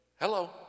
Hello